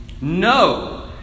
No